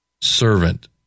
servant